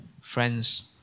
Friends